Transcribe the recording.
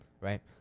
right